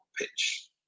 pitch